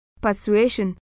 persuasion